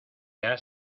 has